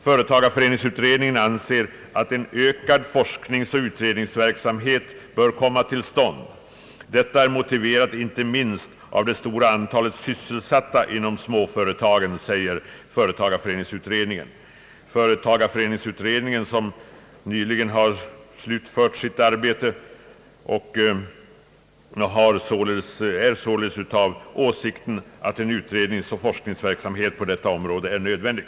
Företagareföreningsutredningen anser, att en ökad forskningsoch utredningsverksamhet bör komma till stånd. Detta är motiverat inte minst av det stora antalet sysselsatta inom småföretagen, säger utredningen. Utredningen, som nyligen har slutfört sitt arbete, är således av den åsikten, att en utredningsoch forskningsverksamhet på detta område är nödvändig.